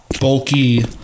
bulky